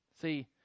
See